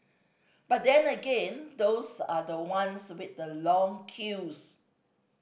but then again those are the ones with the long queues